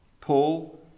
Paul